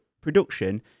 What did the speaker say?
production